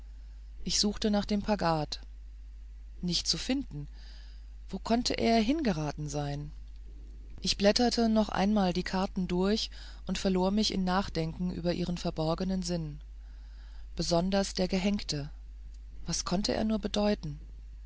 ich suchte nach dem pagad nicht zu finden wo konnte er hingeraten sein ich blätterte noch einmal die karten durch und verlor mich in nachdenken über ihren verborgenen sinn besonders der gehenkte was konnte er nur bedeuten